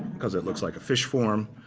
because it looks like a fish form.